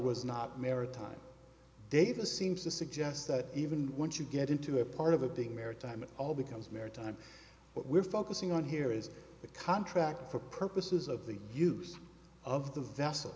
was not maritime data seems to suggest that even once you get into a part of a big maritime it all becomes maritime what we're focusing on here is the contract for purposes of the use of the vessel